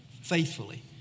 faithfully